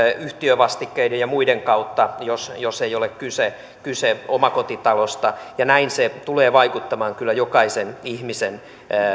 yhtiövastikkeiden ja muiden kautta jos jos ei ole kyse kyse omakotitalosta ja näin se tulee vaikuttamaan kyllä jokaisen ihmisen